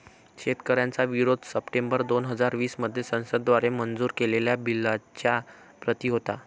शेतकऱ्यांचा विरोध सप्टेंबर दोन हजार वीस मध्ये संसद द्वारे मंजूर केलेल्या बिलच्या प्रति होता